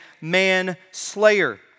manslayer